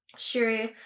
sure